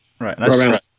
Right